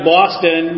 Boston